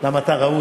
כי אתה ראוי.